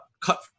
cut